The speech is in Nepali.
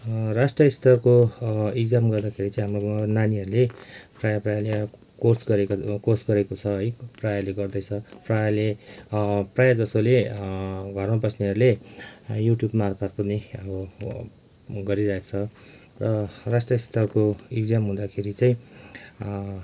राष्ट्रिय स्तरको इक्जाम गर्दाखेरि चाहिँ हाम्रो नानीहरूले प्रायः प्रायःले कोर्स गरे कोर्स गरेको छ है प्रायःले गर्दैछ प्रायःले प्रायःजसोले घरमा बस्नेहरूले युट्युबमार्फत् पनि अब गरिरहेको छ र राष्ट्रिय स्तरको इक्जाम हुँदाखेरि चाहिँ